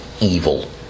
evil